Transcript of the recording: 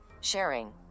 sharing